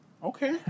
Okay